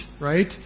right